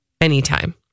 anytime